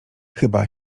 chyba